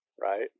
right